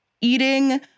eating